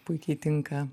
puikiai tinka